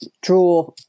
draw